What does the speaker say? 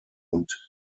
und